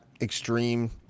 extreme